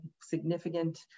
significant